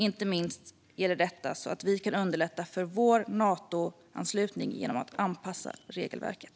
Inte minst kan vi underlätta för vår Natoanslutning genom att anpassa regelverket.